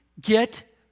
get